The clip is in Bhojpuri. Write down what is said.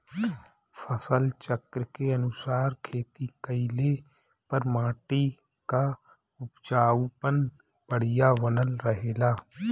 फसल चक्र के अनुसार खेती कइले पर माटी कअ उपजाऊपन बढ़िया बनल रहेला